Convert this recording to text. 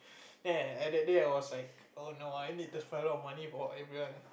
then at the day I was like oh no I need to fund out money for everyone